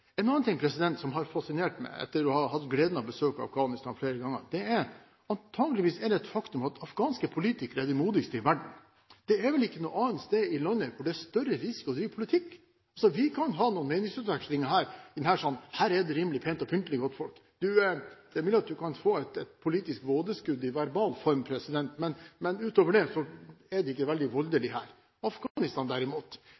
En annen ting som har fascinert meg etter å ha hatt gleden av å besøke Afghanistan flere ganger, er at det antakeligvis er et faktum at afghanske politikere er de modigste i verden. Det er vel ikke noe annet sted i verden hvor det er større risiko å drive politikk. Vi kan ha noen meningsutvekslinger i denne salen, men her er det rimelig pent og pyntelig, godtfolk. Det er mulig at man kan få et politisk vådeskudd i verbal form, men utover det er det ikke veldig